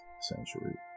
century